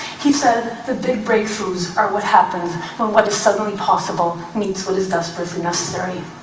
he said, the big breakthroughs are what happens when what is suddenly possible meets what is desperately necessary.